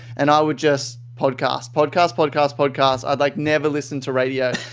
and i would just, podcast, podcast, podcast, podcast. i'd like never listen to radio.